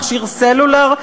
מכשיר סלולר,